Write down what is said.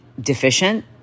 deficient